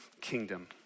kingdom